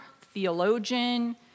theologian